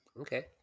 Okay